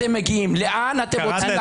לאן אתם מגיעים?